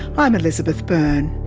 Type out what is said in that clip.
i'm elizabeth byrne.